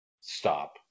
stop